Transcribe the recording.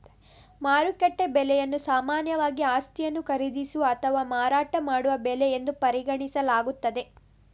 ಮಾರುಕಟ್ಟೆ ಬೆಲೆಯನ್ನು ಸಾಮಾನ್ಯವಾಗಿ ಆಸ್ತಿಯನ್ನು ಖರೀದಿಸುವ ಅಥವಾ ಮಾರಾಟ ಮಾಡುವ ಬೆಲೆ ಎಂದು ಪರಿಗಣಿಸಲಾಗುತ್ತದೆ